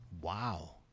Wow